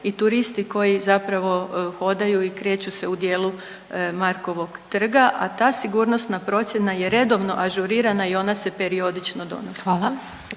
i turisti koji zapravo hodaju i kreću se u dijelu Markovog trga, a ta sigurnosna procjena je redovno ažurirana i ona se periodično donosi.